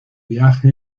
viaje